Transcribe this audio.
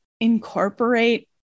incorporate